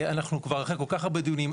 אנחנו כבר אחרי כל כך הרבה דיונים,